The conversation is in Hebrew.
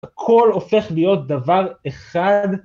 הכל הופך להיות דבר אחד.